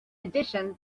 addition